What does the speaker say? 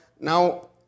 now